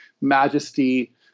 majesty